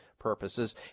purposes